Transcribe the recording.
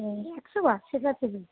হুম একশোবার